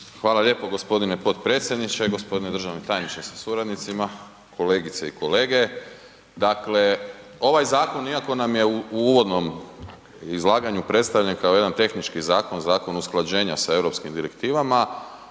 Hvala lijepo g. potpredsjedniče, g. državni tajniče sa suradnicima, kolegice i kolege. Dakle, ovaj zakon iako nam je u uvodnom izlaganju predstavljen kao jedan tehnički zakon, zakon usklađenja sa europskim direktivama,